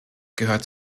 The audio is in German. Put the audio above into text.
gehört